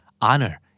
Honor